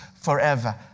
forever